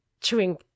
chewing